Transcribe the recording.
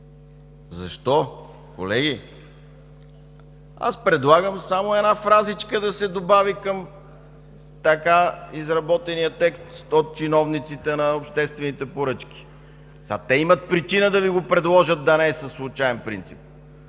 Защо? Колеги, аз предлагам само една фразичка да се добави към така изработения текст от чиновниците на обществените поръчки. Те имат причина да Ви предложат да не е със случаен принцип,